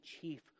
chief